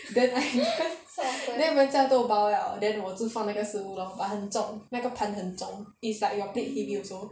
then I then 人家都 bow liao then 我就放那个食物 lor but 很重那个盘很重 is like your plate heavy also